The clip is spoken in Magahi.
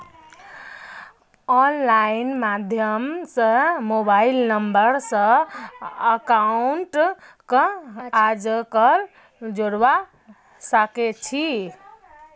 आनलाइन माध्यम स मोबाइल नम्बर स अकाउंटक आजकल जोडवा सके छी